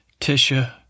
Tisha